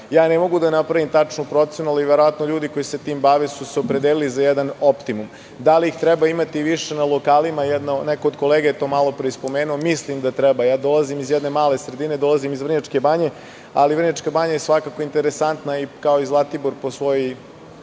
Ne mogu da napravim tačnu procenu, ali verovatno ljudi koji se time bave su se opredelili za jedan optimum. Da li ih treba imati više na lokalima, neko od kolega je to malo pre spomenuo, mislim da treba. Dolazim iz jedne male sredine, iz Vrnjačke Banje, ali Vrnjačka Banja je svakako interesantna, kao i Zlatibor, po svojoj